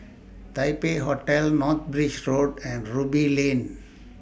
Taipei Hotel North Bridge Road and Ruby Lane